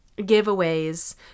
giveaways